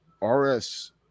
RS